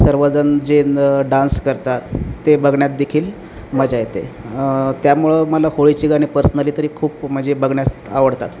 सर्वजण जे न डान्स करतात ते बघण्यात देखील मजा येते त्यामुळं मला होळीची गाणी पर्सनली तरी खूप म्हणजे बघण्यास आवडतात